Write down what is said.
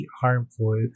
harmful